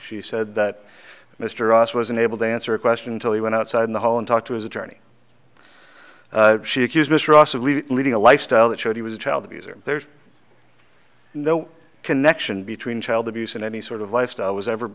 she said that mr ross was unable to answer a question until he went outside in the hall and talked to his attorney she accused mr ross of leading a lifestyle that showed he was a child abuser there's no connection between child abuse and any sort of lifestyle was ever